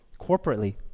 corporately